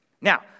Now